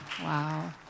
Wow